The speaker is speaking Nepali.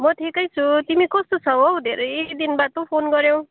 म ठिकै छु तिमी कस्तो छौ हो धेरै दिन बादमा फोन गऱ्यौ